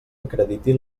acrediti